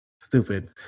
stupid